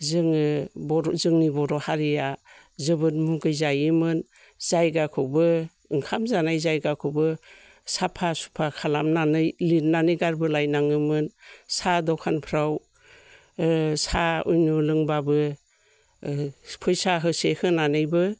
जोङो जोंनि बर'हारिया जोबोद मुगै जायोमोन जायगाखौबो ओंखाम जानाय जायगाखौबो साफा सुफा खालामनानै लिरनानै गारबो लायनाङोमोन सा दखानफ्राव ओ सा उनु लोंब्लाबो फैसा होसे होनानैबो